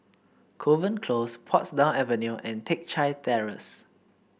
Kovan Close Portsdown Avenue and Teck Chye Terrace